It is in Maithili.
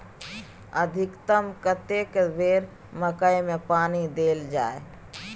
अधिकतम कतेक बेर मकई मे पानी देल जाय?